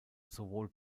sowohl